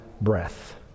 breath